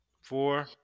Four